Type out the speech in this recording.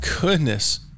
goodness